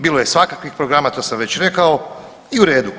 Bilo je svakakvih programa, to sam već rekao i u redu.